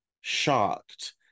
shocked